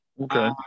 Okay